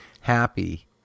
happy